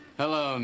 hello